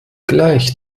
gleich